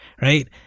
right